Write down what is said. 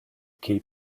keep